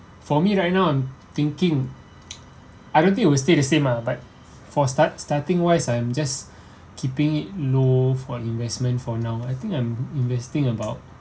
for me right now I'm thinking I don't think it would stay the same mah but for start starting wise I'm just keeping it low for investment for now I think I'm investing about